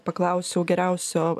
paklausiau geriausio